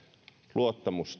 luottamus